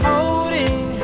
Holding